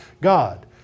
God